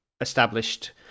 established